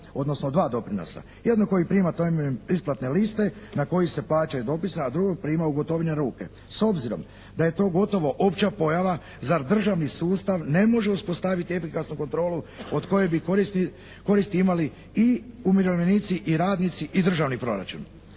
odnosno od dva doprinosa. Jednog koji prima temeljem isplatne liste na koji se plaćaju doprinosi, a druge prima u gotovini na ruke. S obzirom da je to gotovo opća pojava zar državni sustav ne može uspostaviti efikasnu kontrolu od koje bi koristi imali i umirovljenici i radnici i Državni proračun?